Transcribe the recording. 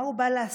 מה הוא בא לעשות,